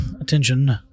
attention